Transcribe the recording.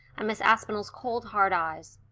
and miss aspinall's cold hard eyes.